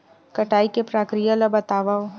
कटाई के प्रक्रिया ला बतावव?